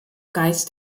geist